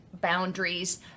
boundaries